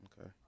Okay